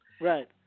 Right